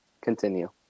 Continue